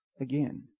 again